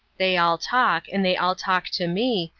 they all talk, and they all talk to me,